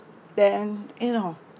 then you know